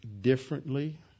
differently